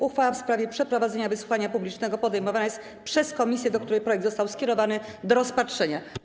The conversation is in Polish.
Uchwała w sprawie przeprowadzenia wysłuchania publicznego podejmowana jest przez komisję, do której projekt został skierowany do rozpatrzenia.